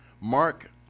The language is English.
Mark